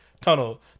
tunnel